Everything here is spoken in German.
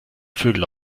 vögel